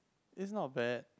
it's not bad